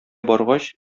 баргач